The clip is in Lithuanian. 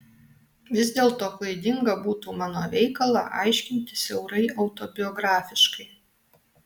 vis dėlto klaidinga būtų mano veikalą aiškinti siaurai autobiografiškai